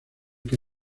que